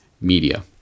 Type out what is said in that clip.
media